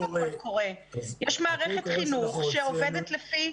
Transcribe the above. מערכת החינוך עובדת לפי